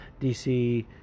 DC